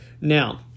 Now